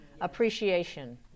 Appreciation